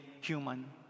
human